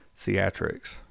theatrics